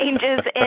changes